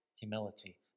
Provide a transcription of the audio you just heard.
humility